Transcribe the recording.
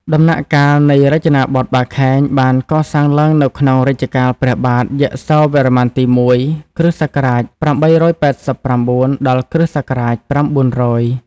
ដំណាក់កាលនៃរចនាបថបាខែង បានកសាងឡើងនៅក្នុងរជ្ជកាលព្រះបាទ យសោវរ្ម័នទី១ (គ.ស. ៨៨៩ ដល់ គ.ស.៩០០)។